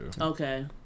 okay